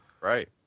Right